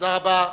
תודה רבה.